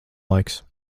laiks